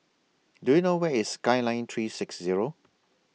Do YOU know Where IS Skyline three six Zero